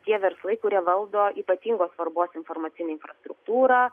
tie verslai kurie valdo ypatingos svarbos informacinę infrastruktūrą